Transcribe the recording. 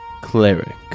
Cleric